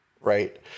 right